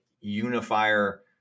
unifier